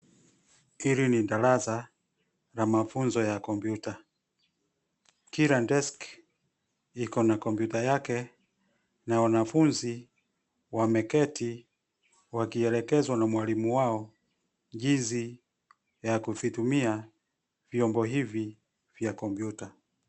Hili ni darasa la mafunzo ya kompyuta, kila deski ina kompyuta yake na wanafunzi wameketi wakielekezwa na mwalimu wao jinsi ya kuvitumia vyombo hivi vya kompyuta.